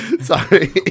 sorry